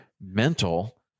mental